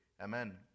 Amen